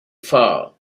far